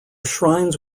shrines